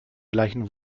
gleichen